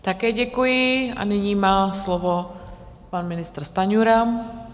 Také děkuji a nyní má slovo pan ministr Stanjura.